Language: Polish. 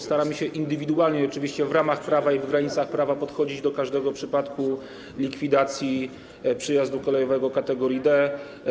Staramy się indywidualnie, oczywiście w ramach prawa i w granicach prawa, podchodzić do każdego przypadku likwidacji przejazdu kolejowego kategorii D.